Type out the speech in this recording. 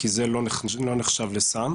כי זה לא נחשב לסם.